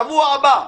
שבוע הבא,